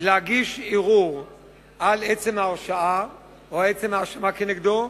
להגיש ערעור על עצם ההרשעה או על עצם ההאשמה כנגדו,